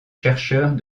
chercheurs